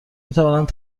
میتوانند